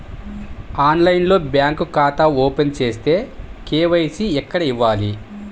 ఆన్లైన్లో బ్యాంకు ఖాతా ఓపెన్ చేస్తే, కే.వై.సి ఎక్కడ ఇవ్వాలి?